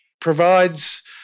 provides